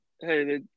hey